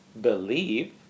believe